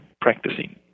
practicing